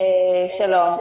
אם